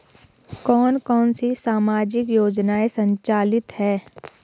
कौन कौनसी सामाजिक योजनाएँ संचालित है?